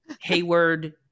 hayward